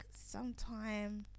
sometime